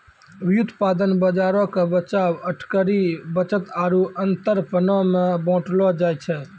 व्युत्पादन बजारो के बचाव, अटकरी, बचत आरु अंतरपनो मे बांटलो जाय छै